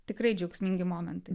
tikrai džiaugsmingi momentai